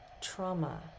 trauma